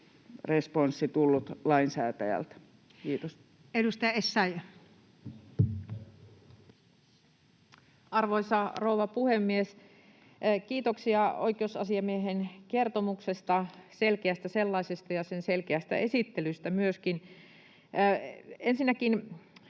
kertomus vuodelta 2020 Time: 15:38 Content: Arvoisa rouva puhemies! Kiitoksia oikeusasiamiehen kertomuksesta, selkeästä sellaisesta, ja sen selkeästä esittelystä myöskin. Ensinnäkin